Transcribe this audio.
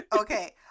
Okay